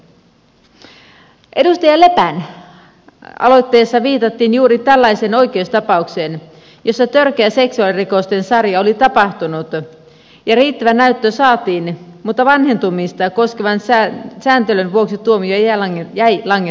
edustaja lepän aloitteessa viitattiin juuri tällaiseen oikeustapaukseen jossa törkeä seksuaalirikosten sarja oli tapahtunut ja riittävä näyttö saatiin mutta vanhentumista koskevan sääntelyn vuoksi tuomio jäi langettamatta